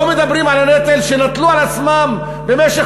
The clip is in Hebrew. לא מדברים על הנטל שנטלו על עצמם במשך